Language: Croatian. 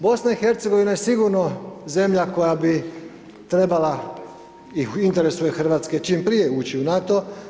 BiH je sigurno zemlja koja bi trebala i u interesu je RH, čim prije ući u NATO.